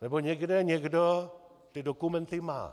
Nebo někde někdo ty dokumenty má.